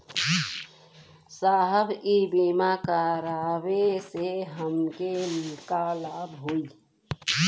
साहब इ बीमा करावे से हमके का लाभ होई?